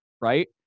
right